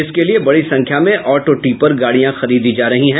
इसके लिये बड़ी संख्या में ऑटो टीपर गाड़ियां खरीदी जा रही है